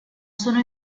sono